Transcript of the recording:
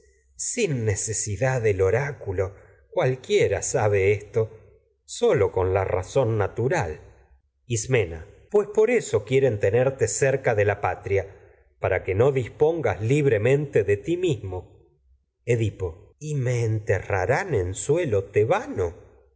sin necesidad del oráculo cualquiera esto sólo con la razón natural por eso ismena pues quieren tenerte cerca de la patria para que no dispongas libremente de en ti mismo edipo y me enterrarán suelo tebano ismena no